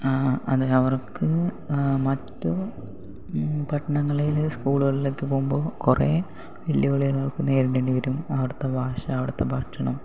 അതെ അവർക്ക് മറ്റു പട്ടണങ്ങളിലെ സ്കൂളുകളിലേക്ക് പോവുമ്പോൾ കുറേ വെല്ലുവിളികൾ ഒക്കെ നേരിടേണ്ടി വരും അവിടുത്തെ ഭാഷ അവിടുത്തെ ഭക്ഷണം